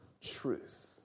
truth